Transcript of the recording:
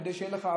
כדי שיהיה לך,